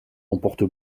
emporte